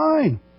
fine